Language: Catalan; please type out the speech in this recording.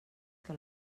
que